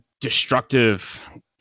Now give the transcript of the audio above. destructive